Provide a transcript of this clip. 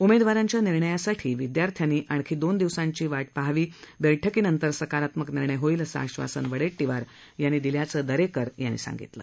उमेदावाराच्या निर्णयासाठी विद्यार्थ्यांनी आणखी दोन दिवसांची वाट पाहावी लागेल बैठकीनंतर सकारात्मक निर्णय होईल असं आश्वासन वड्डेटीवर यांनी दिल्याचंही दरेकर यांनी सांगितलं